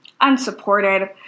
unsupported